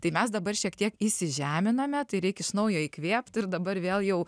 tai mes dabar šiek tiek įsižeminame tai reik iš naujo įkvėpt ir dabar vėl jau